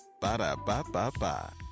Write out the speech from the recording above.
Ba-da-ba-ba-ba